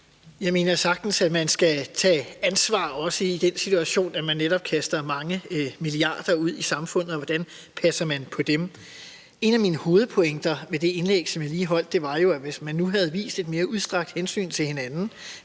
Jeg mener faktisk, at man skal tage ansvar, også i den situation, hvor man netop kaster mange milliarder ud i samfundet, i forhold til hvordan man passer på dem. En af mine hovedpointer i det indlæg, som jeg lige har holdt, var jo, at hvis man nu havde vist et lidt mere udstrakt hensyn til hinanden,